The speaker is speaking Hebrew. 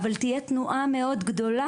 אבל תהיה תנועה מאוד גדולה